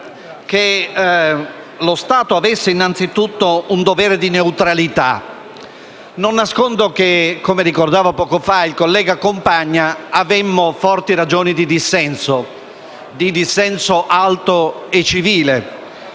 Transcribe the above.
che lo Stato avesse innanzitutto un dovere di neutralità. Non nascondo - come ha ricordato poco fa il collega Compagna - le nostre forti ragioni di dissenso, un dissenso alto e civile.